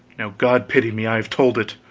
now god pity me, i have told it!